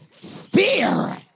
FEAR